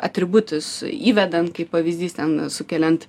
atributus įvedant kaip pavyzdys ten sukeliant